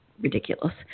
ridiculous